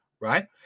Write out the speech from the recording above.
right